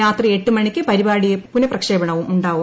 രാത്രി എട്ട് മണിക്ക് പരിപാടിയുടെ പുനപ്രക്ഷേപണവും ഉണ്ടാവും